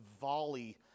volley